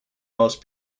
most